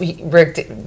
Rick